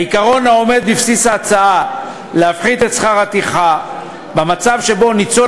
העיקרון העומד בבסיס ההצעה להפחית את שכר הטרחה במצב שבו ניצול